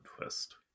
twist